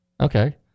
Okay